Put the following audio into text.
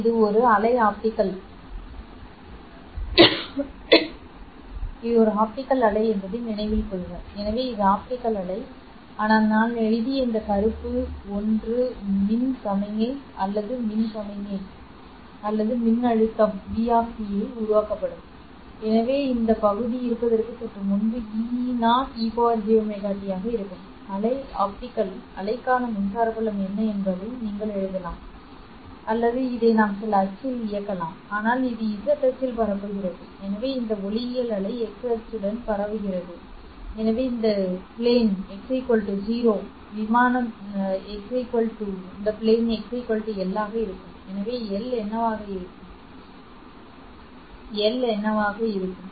இது ஒரு அலை ஆப்டிகல் அலை என்பதை நினைவில் கொள்க எனவே இது ஆப்டிகல் அலை ஆனால் நான் எழுதிய இந்த கருப்பு ஒன்று மின் சமிக்ஞை அல்லது மின் சமிக்ஞை அல்லது மின்னழுத்தம் v ஆல் உருவாக்கப்படும் புலம் எனவே இந்த பகுதி இருப்பதற்கு சற்று முன்பு E0ejωt ஆக இருக்கும் அலை ஆப்டிகல் அலைக்கான மின்சார புலம் என்ன என்பதை நீங்கள் எழுதலாம் என்று நீங்கள் கருதலாம் அல்லது இதை நாம் சில அச்சில் இயக்கலாம் ஆனால் இது z அச்சில் பரப்புகிறது எனவே இந்த ஒளியியல் அலை x உடன் பரவுகிறது அச்சு எனவே இந்த விமானம் x 0 இந்த விமானம் x L ஆக இருக்கும் எனவே எல் என்னவாக இருக்கும்